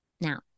Now